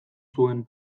zuen